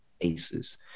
Aces